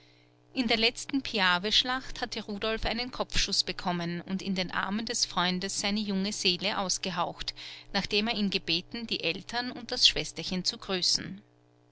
in der letzten piaveschlacht hatte rudolf einen kopfschuß bekommen und in den armen des freundes seine junge seele ausgehaucht nachdem er ihn gebeten die eltern und das schwesterchen zu grüßen